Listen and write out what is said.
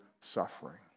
suffering